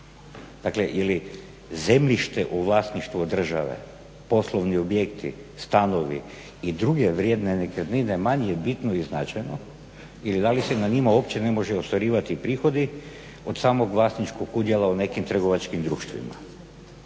Dakle, je li zemljište u vlasništvu države, poslovni objekti, stanovi i druge vrijedne nekretnine manje je bitno i značajno ili da li se na njima uopće ne mogu ostvarivati prihodi od samog vlasničkog udjela u nekim trgovačkim društvima.